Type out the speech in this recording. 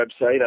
website